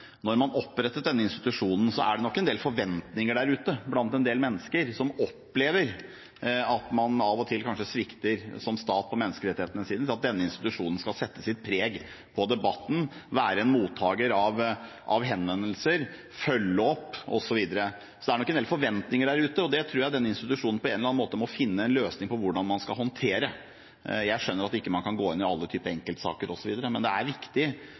Når man oppretter en slik institusjon, er det nok en del forventninger der ute blant en del mennesker som opplever at man som stat av og til svikter på menneskerettighetssiden, til at denne institusjonen skal sette sitt preg på debatten, være en mottaker for henvendelser, følge opp osv. Det er nok en del forventninger der ute, og det tror jeg institusjonen på en eller annen måte må finne en løsning på hvordan man skal håndtere. Jeg skjønner at man ikke kan gå inn i alle typer enkeltsaker, men det er viktig